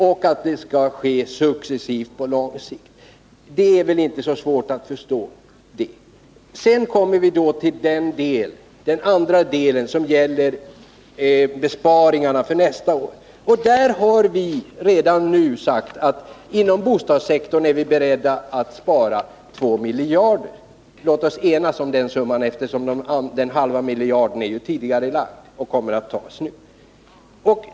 Vidare skall det genomföras successivt på lång sikt. Det är väl inte så svårt att förstå det? Sedan kommer vi till den andra delen, som gäller besparingarna för nästa år. Där har vi redan nu sagt att inom bostadssektorn är vi beredda att spara 2 miljarder kronor. Låt oss enas om den summan, eftersom den halva miljarden är tidigarelagd och kommer att sparas nu.